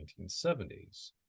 1970s